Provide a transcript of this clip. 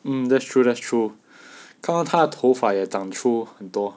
mm that's true that's true 看到他的头发也长出很多